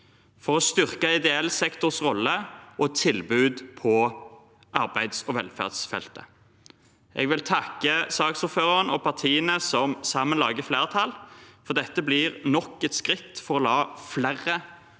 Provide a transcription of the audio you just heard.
for å styrke ideell sektors rolle og tilbud på arbeids- og velferdsfeltet. Jeg vil takke saksordføreren og partiene som sammen lager flertall. Dette blir nok et skritt for å la flere